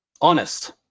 Honest